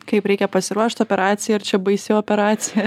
kaip reikia pasiruošti operacijai ar čia baisi operacija